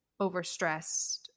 overstressed